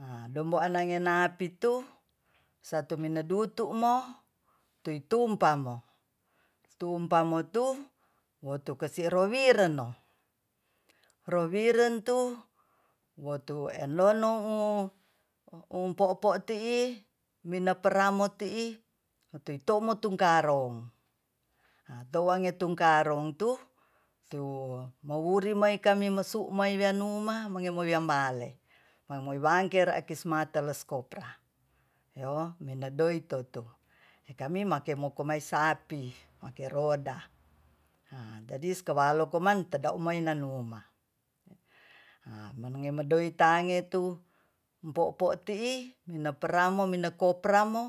Ha domboan ne ngana pitu satu minudutu mo tuitumpamo tuumpamotu wotukesirowireno rowirentu wotu elnon nou uumpopo tii minaparamo tii motiwito motungkarong ha towatungkarongtu mowurimai kami mosu maiminan nouma mangembiliambale mawimangker akismateleskoka yo menadoitoto e kami make mokomai sapi make roda a jadi kobalo koman teday umanni uma a menenge medoi tangetu po'po tii minaparamo minakopramo